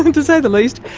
to say the least,